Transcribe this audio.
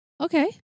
Okay